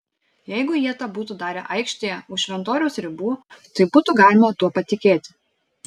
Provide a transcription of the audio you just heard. jeigu jie tą būtų darę aikštėje už šventoriaus ribų tai būtų galima tuo patikėti